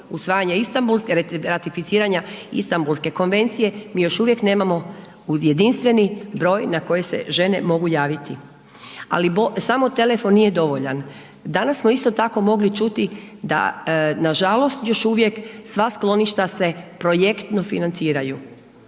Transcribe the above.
usvajanja Istanbulske, ratificiranja Istanbulske konvencije, mi još uvijek nemamo jedinstveni broj na koji se žene mogu javiti. Ali samo telefon nije dovoljan. Danas smo isto tako mogli čuti da nažalost još uvijek sva skloništa se projektno financiraju.